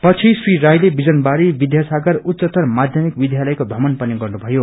पछि श्री राइले विजनबारी विध्यासागर उच्चतर माध्यमिक विध्यालयको भ्रमण पनि गर्नुभयो